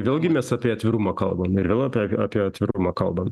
vėlgi mes apie atvirumą kalbam ir vėl apie apie atvirumą kalbam